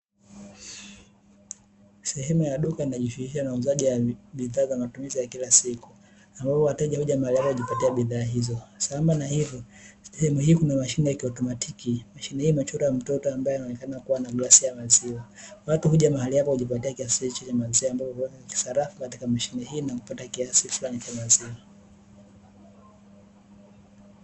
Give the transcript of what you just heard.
Sehemu ya duka inayojishughulisha na uuzaji wa bidhaa za matumizi ya kila siku, ambao wateja huja mahali hapa kujipatia bidhaa hizo, sambamba na hivo sehemu hii kuna mashine ya kiotomatiki, mashine hii imechorwa mtoto ambae anaonekana kuwa na glasi ya maziwa watu huja mahali hapa kujipatia kiasi hichi cha maziwa ambapo huweka kisarafu katika mashine hii na kupata kiasi fulani cha maziwa.